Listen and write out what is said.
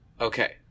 okay